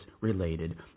related